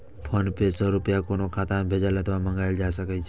PhonePe सं रुपया कोनो खाता मे भेजल अथवा मंगाएल जा सकै छै